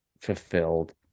fulfilled